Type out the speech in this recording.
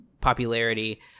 popularity